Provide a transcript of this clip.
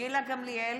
גילה גמליאל,